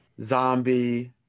zombie